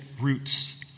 roots